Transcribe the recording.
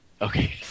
Okay